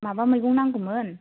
माबा मैगं नांगौमोन